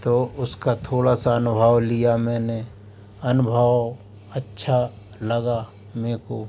तो उसका थोड़ा सा अनुभाव लिया मैंने अनुभाव अच्छा लगा मेको